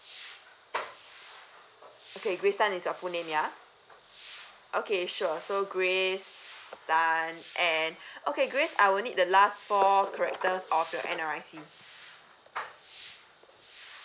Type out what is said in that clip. okay grace tan is your full name ya okay sure so grace tan and okay grace I will need the last four characters of your N_R_I_C